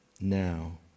now